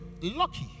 lucky